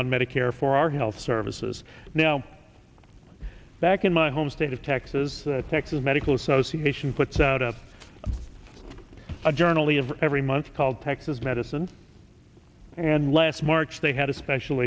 on medicare for our health services now back in my home state of texas texas medical association puts out up a journal the of every month called texas medicine and last march they had a special